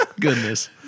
goodness